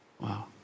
Wow